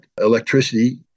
electricity